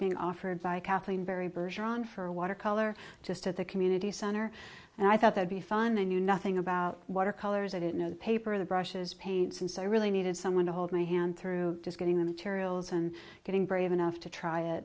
being offered by kathleen berry birger on for a watercolor just at the community center and i thought they would be fun i knew nothing about watercolors i didn't know the paper the brushes paints and so i really needed someone to hold my hand through just getting the materials and getting brave enough to try it